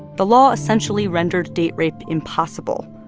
the law essentially rendered date rape impossible.